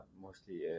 Mostly